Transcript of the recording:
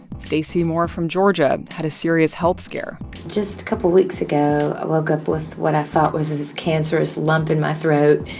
stacey moore from georgia had a serious health scare just a couple weeks ago, i woke up with what i thought was this cancerous lump in my throat.